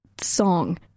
song